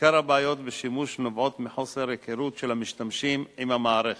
עיקר הבעיות בשימוש נובעות מחוסר היכרות של המשתמשים עם המערכת.